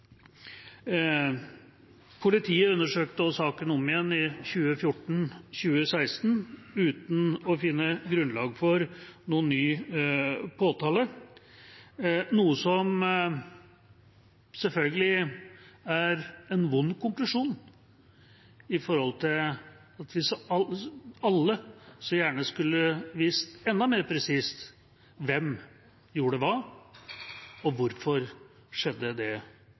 Politiet undersøkte også saken om igjen i 2014–2016 uten å finne grunnlag for noen ny påtale, noe som selvfølgelig er en vond konklusjon, siden vi alle så gjerne skulle ha visst enda mer presist hvem som gjorde hva, og hvorfor det som skjedde, skjedde. Jeg slutter meg til saksordførerens spesielle beklagelse, særlig fordi det